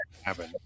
happen